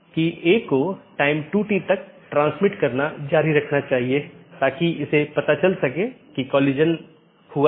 तो यह AS संख्याओं का एक सेट या अनुक्रमिक सेट है जो नेटवर्क के भीतर इस राउटिंग की अनुमति देता है